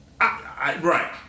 Right